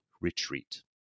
retreat